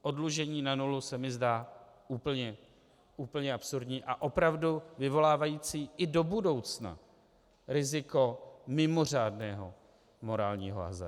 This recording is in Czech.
Oddlužení na nulu se mi zdá úplně absurdní a opravdu vyvolávající i do budoucna riziko mimořádného morálního hazardu.